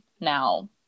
Now